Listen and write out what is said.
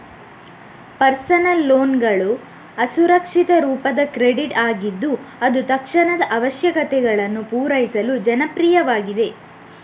personal ಲೋನ್ಗಳು ಅಸುರಕ್ಷಿತ ರೂಪದ ಕ್ರೆಡಿಟ್ ಆಗಿದ್ದು ಅದು ತಕ್ಷಣದ ಅವಶ್ಯಕತೆಗಳನ್ನು ಪೂರೈಸಲು ಜನಪ್ರಿಯವಾಗಿದೆ